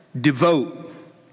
devote